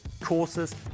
courses